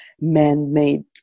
man-made